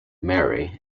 mary